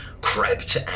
crept